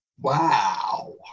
Wow